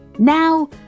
Now